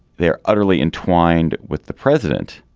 they are utterly entwined with the president.